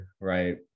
right